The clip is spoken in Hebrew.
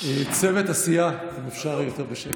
צוות הסיעה, אם אפשר יותר בשקט.